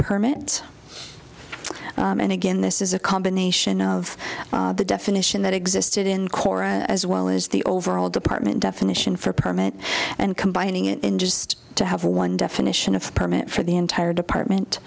permit and again this is a combination of the definition that existed in court as well as the overall department definition for permit and combining it in just to have one definition of permit for the entire department